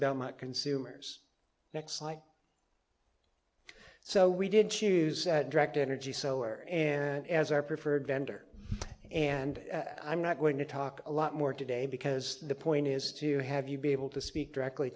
belmont consumers next like so we didn't use that direct energy solar and as our preferred vendor and i'm not going to talk a lot more today because the point is to have you be able to speak directly